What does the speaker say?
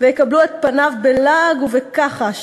ויקבלו את פניו בלעג ובכחש...